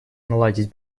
наладить